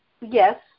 Yes